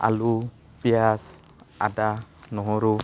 আলু পিঁয়াজ আদা নহৰু